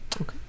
Okay